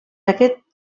aquest